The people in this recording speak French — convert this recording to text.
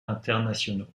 internationaux